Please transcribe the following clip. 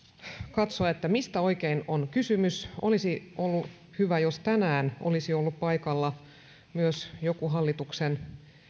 katsoa mistä oikein on kysymys olisi ollut hyvä jos tänään olisi ollut paikalla myös joku hallituksen